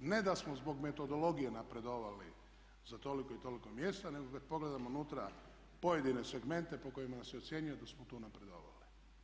ne da smo zbog metodologije napredovali za toliko i toliko mjesta, nego kad pogledamo unutra pojedine segmente po kojima se ocjenjuje da smo tu napredovali.